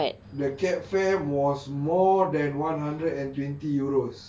the cab fare was more than one hundred and twenty euros